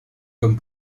comme